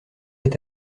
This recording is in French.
est